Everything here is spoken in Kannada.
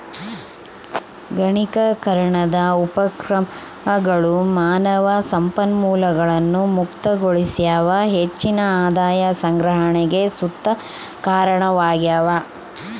ಗಣಕೀಕರಣದ ಉಪಕ್ರಮಗಳು ಮಾನವ ಸಂಪನ್ಮೂಲಗಳನ್ನು ಮುಕ್ತಗೊಳಿಸ್ಯಾವ ಹೆಚ್ಚಿನ ಆದಾಯ ಸಂಗ್ರಹಣೆಗ್ ಸುತ ಕಾರಣವಾಗ್ಯವ